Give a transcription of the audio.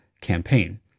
campaign